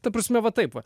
ta prasme va taip va